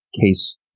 case